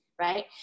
right